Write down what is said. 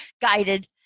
guided